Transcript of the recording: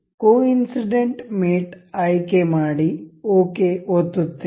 coincident mate ಆಯ್ಕೆ ಮಾಡಿ okay ಒತ್ತುತ್ತೇವೆ